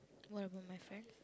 what about my friend